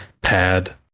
pad